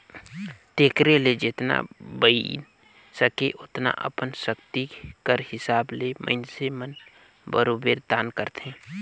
तेकरे ले जेतना बइन सके ओतना अपन सक्ति कर हिसाब ले मइनसे मन बरोबेर दान करथे